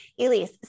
Elise